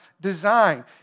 design